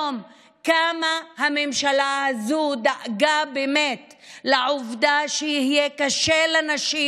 כמה הממשלה הזאת דאגה באמת מהעובדה שיהיה לנשים